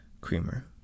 creamer